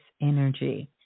energy